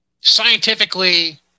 Scientifically